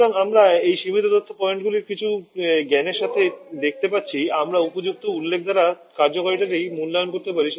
সুতরাং আমরা এই সীমিত তথ্য পয়েন্টগুলির কিছুটা জ্ঞানের সাথে দেখতে পাচ্ছি আমরা উপযুক্ত উল্লেখ দ্বারা কার্যকারিতাটি মূল্যায়ন করতে পারি